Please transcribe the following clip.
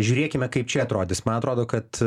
žiūrėkime kaip čia atrodys man atrodo kad